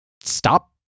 stop